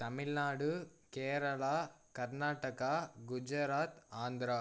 Tamil Nadu Kerala Karnataka Gujarat Andhra